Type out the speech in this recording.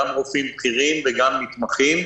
גם רופאים בכירים וגם מתמחים.